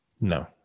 no